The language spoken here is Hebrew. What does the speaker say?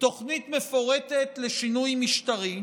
תוכנית מפורטת לשינוי משטרי,